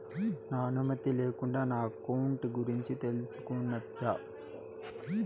నా అనుమతి లేకుండా నా అకౌంట్ గురించి తెలుసుకొనొచ్చా?